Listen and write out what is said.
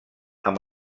amb